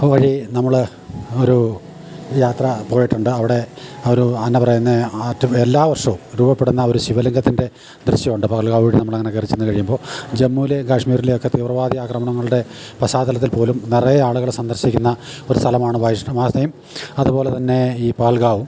വഴി നമ്മള് ഒരു യാത്ര പോയിട്ടുണ്ട് അവിടെ ഒരു എന്നാ പറയുന്നെ എല്ലാ വർഷവും രൂപപ്പെടുന്ന ഒരു ശിവലംഗത്തിൻ്റെ ദൃശ്യമുണ്ട് പഹൽഗാം വഴി നമ്മളങ്ങനെ കയറിച്ചെന്നുകഴിയുമ്പോള് ജമ്മിവിലെയും കാശ്മീരിലെയുമൊക്കെ തീവ്രവാദി ആക്രമണങ്ങളുടെ പശ്ചാത്തലത്തിൽ പോലും നിറയെ ആളുകള് സന്ദർശിക്കുന്ന ഒരു സ്ഥലമാണ് വൈഷ്ണമാതയും അതുപോലെ തന്നെ ഈ പഹൽഗാവും